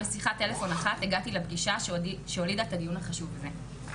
בשיחת טלפון אחת הגעתי לפגישה שהולידה את הדיון החשוב הזה.